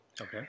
Okay